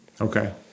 Okay